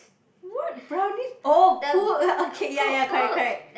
what brownies oh pool okay ya ya correct correct